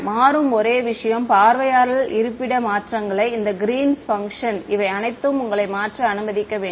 மாறும் ஒரே விஷயம் பார்வையாளர் இருப்பிட மாற்றங்கள் இந்த கிரீன்ஸ் பங்க்ஷன் Greens function இவை அனைத்தும் உங்களை மாற்ற அனுமதிக்க வேண்டும்